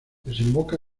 desemboca